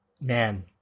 Man